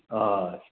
हवस् त